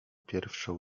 pierwszą